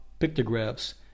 Pictographs